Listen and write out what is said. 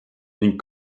ning